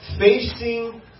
Facing